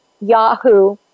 Yahoo